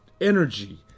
energy